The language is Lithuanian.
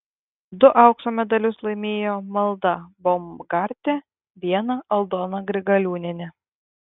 du aukso medalius laimėjo malda baumgartė vieną aldona grigaliūnienė